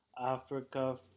Africa